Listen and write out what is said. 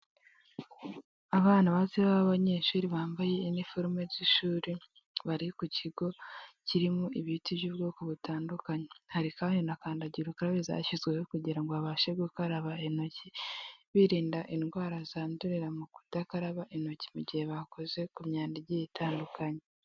Abana batoya b'abanyeshuri bambaye iniforume z'ishuri bari ku kigo kirimo ibiti by'ubwoko butandukanye, hari kandi na kandagira ukarabe zashyizweho kugira ngo babashe gukaraba intoki birinda indwara zandurira mu kudakaraba intoki mu gihe bakoze ku myanda igiye itandukanye.